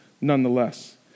nonetheless